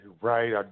right